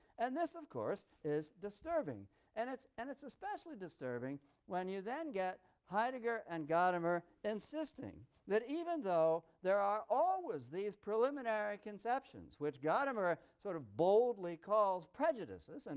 and this, of course, is disturbing and it's and it's especially disturbing when you then get heidegger and gadamer insisting that even though there are always these preliminary conceptions which gadamer sort of boldly calls prejudices, and